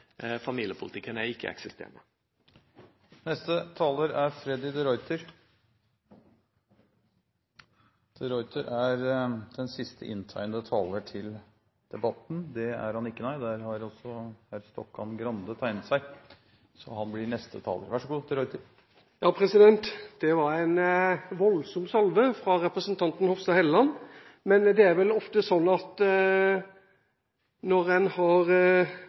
familiepolitikken er ikke-eksisterende. Det var en voldsom salve fra representanten Hofstad Helleland. Men det er vel ofte sånn at når en har